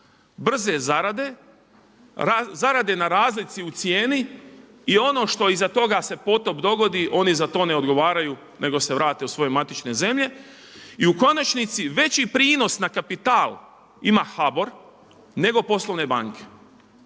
brze zarade, zarade na razlici u cijeni i ono što iza toga se potop dogodi, oni za to ne odgovaraju nego se vrate u svoje matične zemlje. I u konačnici, veći prinos na kapital ima HBOR nego poslovne banke.